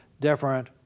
different